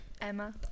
Emma